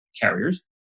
carriers